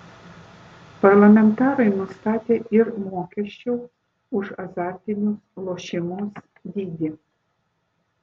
parlamentarai nustatė ir mokesčių už azartinius lošimus dydį